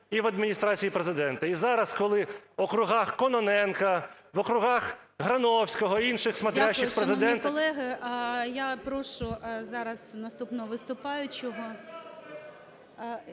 і в Адміністрації Президента. І зараз, коли в округах Кононенка, в округах Грановського, інших "смотрящих" Президента… ГОЛОВУЮЧИЙ. Дякую. Шановні колеги, я прошу зараз наступного виступаючого…